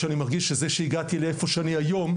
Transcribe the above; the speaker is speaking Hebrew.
שזה שהגעתי לאיפה שאני היום,